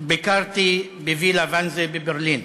מספר ביקרתי בווילה ואנזה בברלין.